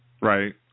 Right